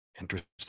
Interesting